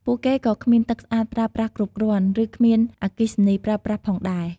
ពួកគេក៏គ្មានទឹកស្អាតប្រើប្រាស់គ្រប់គ្រាន់ ឬ គ្មានអគ្គិសនី ប្រើប្រាស់ផងដែរ។